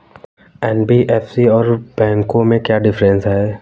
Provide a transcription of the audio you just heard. NBFC और बैंकों में क्या डिफरेंस है?